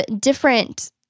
different